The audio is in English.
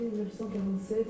1947